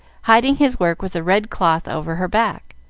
hiding his work with a red cloth over her back.